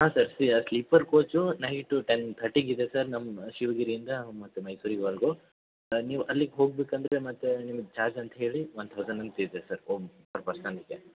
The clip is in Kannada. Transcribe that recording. ಹಾಂ sir sleeper coach night ten ಥರ್ಟಿಗೆ ಇದೆ ಸರ್ ನಮ್ಮ ಶಿವಗಿರಿಯಿಂದ ಮತ್ತೆ ಮೈಸೂರಿನ್ವರ್ಗೂ ನೀವು ಅಲ್ಲಿಗೆ ಹೋಗಬೇಕಂದ್ರೆ ಮತ್ತೆ ನಿಮ್ಗೆ ಚಾರ್ಜ್ ಅಂತ ಹೇಳಿ ಒನ್ ತೌಸಂಡ್ ಅಂತಿದೆ ಸರ್ ಒಬ್ಬ ಪರ್ಸನಿಗೆ